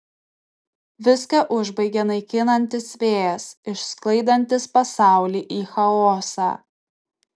viską užbaigia naikinantis vėjas išsklaidantis pasaulį į chaosą